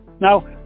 Now